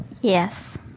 Yes